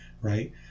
right